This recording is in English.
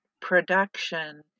production